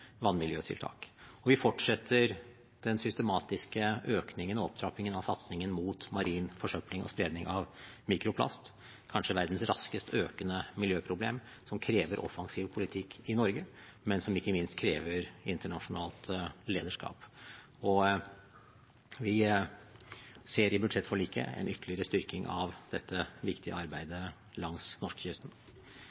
Vi fortsetter den systematiske økningen og opptrappingen av satsingen mot marin forsøpling og spredning av mikroplast – kanskje verdens raskest økende miljøproblem – som krever offensiv politikk i Norge, men som ikke minst krever internasjonalt lederskap. Vi ser i budsjettforliket en ytterligere styrking av dette viktige